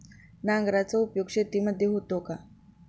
नांगराचा उपयोग शेतीमध्ये होतो का?